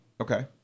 Okay